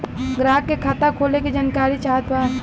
ग्राहक के खाता खोले के जानकारी चाहत बा?